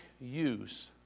use